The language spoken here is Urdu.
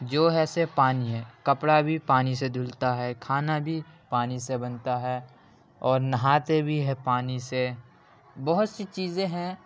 جو ہے صرف پانی ہے کپڑا بھی پانی سے دھلتا ہے کھانا بھی پانی سے بنتا ہے اور نہاتے بھی ہے پانی سے بہت سی چیزیں ہیں